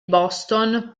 boston